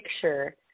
picture